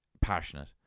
passionate